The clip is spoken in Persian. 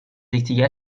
یکدیگر